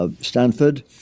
Stanford